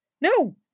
No